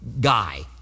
guy